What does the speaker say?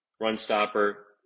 run-stopper